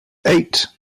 eight